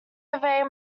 evade